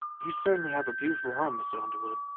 you certainly have a beautiful home, mr. underwood,